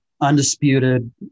undisputed